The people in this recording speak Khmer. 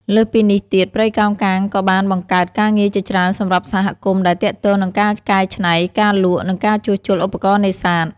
លើសពីនេះទៀត ព្រៃកោងកាងក៏បានបង្កើតការងារជាច្រើនសម្រាប់សហគមន៍ដែលទាក់ទងនឹងការកែច្នៃ ការលក់ និងការជួសជុលឧបករណ៍នេសាទ។